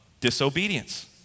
disobedience